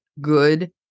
good